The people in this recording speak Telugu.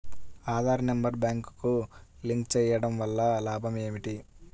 ఆధార్ నెంబర్ బ్యాంక్నకు లింక్ చేయుటవల్ల లాభం ఏమిటి?